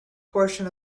portion